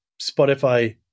Spotify